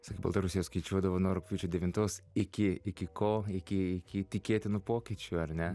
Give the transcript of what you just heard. sakai baltarusija skaičiuodavo nuo rugpjūčio devintos iki iki ko iki iki tikėtinų pokyčių ar ne